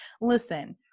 listen